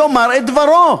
יאמר את דברו.